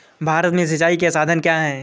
भारत में सिंचाई के साधन क्या है?